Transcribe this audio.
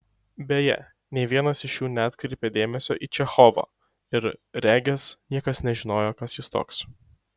beje nė vienas iš jų neatkreipė dėmesio į čechovą ir regis niekas nežinojo kas jis toks